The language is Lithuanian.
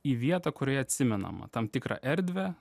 į vietą kurioje atsimenama tam tikrą erdvę